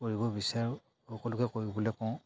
কৰিব বিচাৰোঁ সকলোকে কৰিবলৈ কওঁ